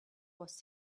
was